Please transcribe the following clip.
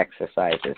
exercises